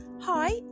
Hi